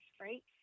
right